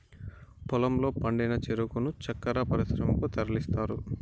పొలంలో పండిన చెరుకును చక్కర పరిశ్రమలకు తరలిస్తారు